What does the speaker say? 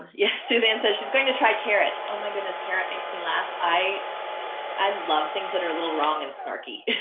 yeah, suzanne says she's going to try carrots oh my goodness carrot makes me laugh i i love things that are a little wrong and snarky